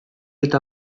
eta